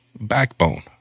backbone